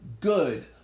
good